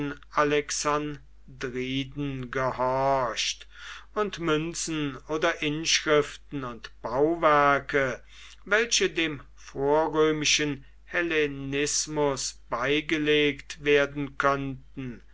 alexandriden gehorcht und münzen oder inschriften und bauwerke welche dem vorrömischen hellenismus beigelegt werden könnten